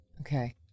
Okay